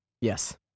Yes